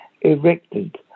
erected